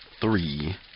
three